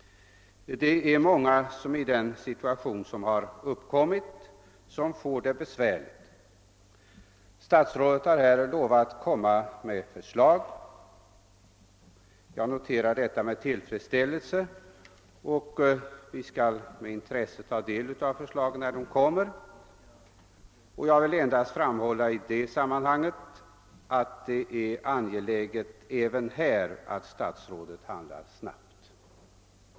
Det är många som får det besvärligt med krediterna i den situation som har uppkommit. Statsrådet har lovat att framlägga förslag. Jag noterar detta med tillfredsställelse, och vi skall med intresse ta del av förslagen när de presenteras. Jag vill i sammanhanget endast framhålla att det även härvidlag är angeläget att statsrådet handiar snabbt.